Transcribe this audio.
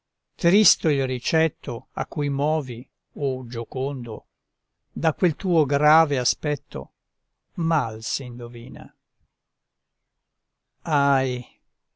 tristo il ricetto a cui movi o giocondo da quel tuo grave aspetto mal s'indovina ahi